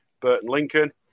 Burton-Lincoln